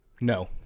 No